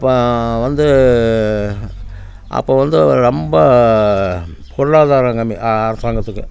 அப்போ வந்து அப்போ வந்து ரொம்ப பொருளாதாரங்கம்மி அ அரசாங்கத்துக்கு